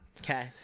Okay